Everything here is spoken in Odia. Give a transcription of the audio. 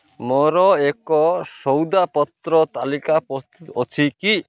ମୋର ଏକ ସଉଦାପତ୍ର ତାଲିକା ପ୍ରସ୍ତୁ ଅଛି କି